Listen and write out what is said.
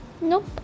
Nope